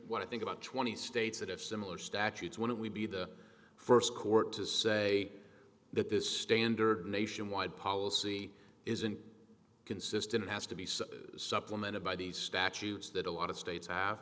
what i think about twenty states that have similar statutes when it would be the first court to say that this standard nationwide policy isn't consistent it has to be so supplemented by the statutes that a lot of states have